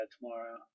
tomorrow